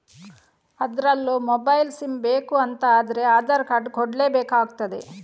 ಅದ್ರಲ್ಲೂ mobile sim ಬೇಕು ಅಂತ ಆದ್ರೆ ಆಧಾರ್ ಕಾರ್ಡ್ ಕೊಡ್ಲೇ ಬೇಕಾಗ್ತದೆ